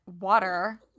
water